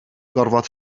gorfod